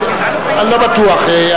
אני לא בטוח.